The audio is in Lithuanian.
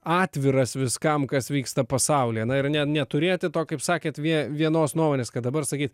atviras viskam kas vyksta pasaulyje na ir ne neturėti to kaip sakėt vie vienos nuomonės kad dabar sakyt